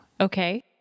okay